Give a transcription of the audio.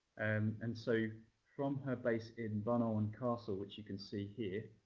and and so from her base in bunowen castle, which you can see here,